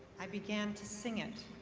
i began to sing it,